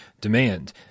demand